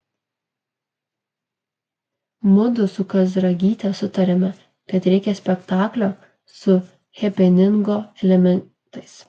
mudu su kazragyte sutarėme kad reikia spektaklio su hepeningo elementais